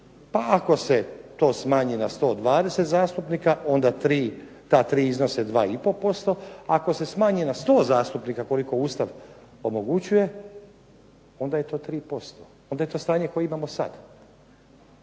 pa ako se to smanji na 120 zastupnika onda 3, ta 3 iznose 2 i pol posto. A ako se smanji na 100 zastupnika koliko Ustav omogućuje onda je to 3%. Onda je to stanje koje imamo sad.